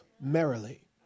Merrily